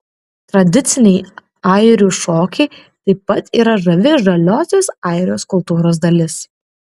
tradiciniai airių šokiai taip pat yra žavi žaliosios airijos kultūros dalis